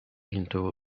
into